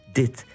dit